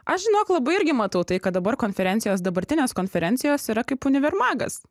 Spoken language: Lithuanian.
aš žinok labai irgi matau tai kad dabar konferencijos dabartinės konferencijos yra kaip univermagas